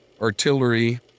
Artillery